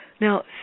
Now